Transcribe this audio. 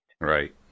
Right